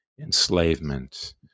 enslavement